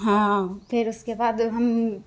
हाँ फिर उसके बाद जब हम